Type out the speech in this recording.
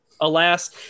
alas